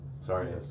Sorry